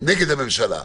נגד הממשלה?